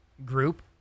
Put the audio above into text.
Group